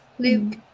Luke